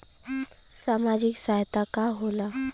सामाजिक सहायता का होला?